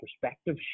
perspective